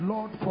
Lord